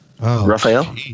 Raphael